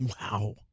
Wow